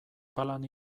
palan